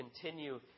continue